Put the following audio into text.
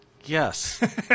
Yes